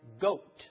goat